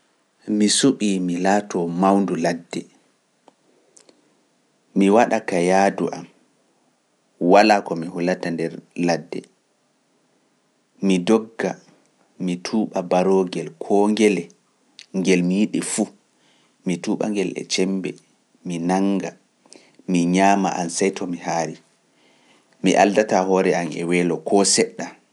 Mi suɓii mi laatoo mawndu ladde, mi waɗa ka yaadu am, walaa ko mi hulata nder ladde, mi dogga, mi tuuɓa baroogel koo ngele ngel mi yiɗi fuu, mi tuuɓa ngel e cembe, mi nannga, mi ñaama am sey to mi haari, mi aldata hoore am e weelo koo seɗɗa.